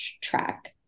track